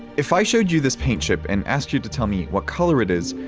if i showed you this paint chip and asked you to tell me what color it is,